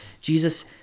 Jesus